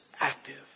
active